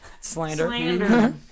slander